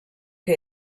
que